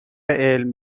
علم